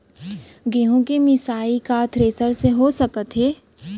गेहूँ के मिसाई का थ्रेसर से हो सकत हे?